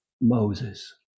Moses